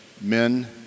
Men